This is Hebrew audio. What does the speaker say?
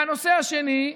והנושא השני,